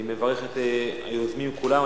אני מברך את היוזמים כולם.